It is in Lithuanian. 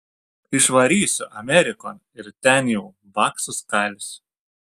išvarysiu amerikon ir ten jau baksus kalsiu